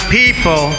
people